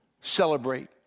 celebrate